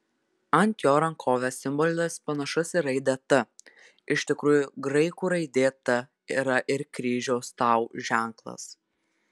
ant jo rankovės simbolis panašus į raidę t iš tikrųjų graikų raidė t yra ir kryžiaus tau ženklas